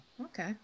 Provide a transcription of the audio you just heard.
okay